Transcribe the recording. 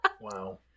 Wow